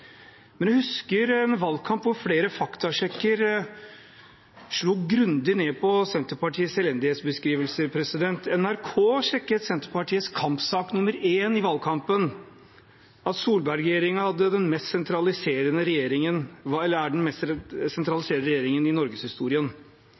Men jeg husker en valgkamp hvor flere faktasjekker slo grundig ned på Senterpartiets elendighetsbeskrivelser. NRK sjekket Senterpartiets kampsak nr. én i valgkampen, at Solberg-regjeringen er den mest sentraliserende regjeringen